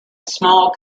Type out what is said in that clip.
small